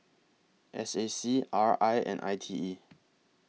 S A C R I and I T E